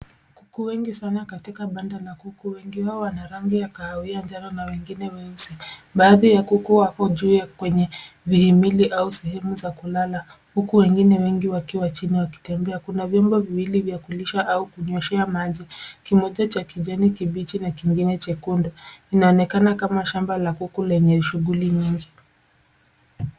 Kuku wengi sana katika banda la kuku. Wengi wao wana rangi ya kahawia , njano, na wengine ni weusi. Baadhi ya kuku wako juu ya kwenye vihimili au sehemu za kulala. Kuku wengine wengi wako chini wakitaga. Kuna vifaa vya kulishia au kunyweshea maji. Kimoja ni cha kijani kibichi na kingine chekundu. Inaonekana kama shamba la kuku lenye shughuli nyingi.